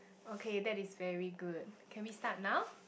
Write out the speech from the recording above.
okay that is very good can we start now